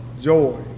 joy